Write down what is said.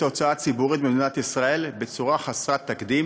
ההוצאה הציבורית במדינת ישראל בצורה חסרת תקדים,